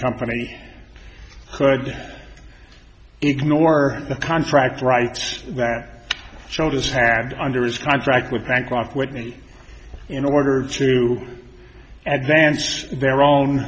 company could ignore the contract rights that showed his hand under his contract with bancroft whitney in order to advance their own